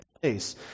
place